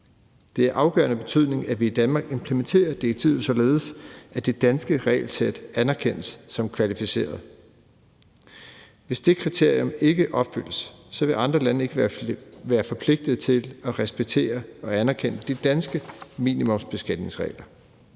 Det er af afgørende betydning, at vi i Danmark implementerer direktivet, således at det danske regelsæt anerkendes som kvalificeret. Hvis det kriterium ikke opfyldes, vil andre lande ikke være forpligtet til at respektere og anerkende de danske minimumsbeskatningsregler.